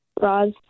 Roz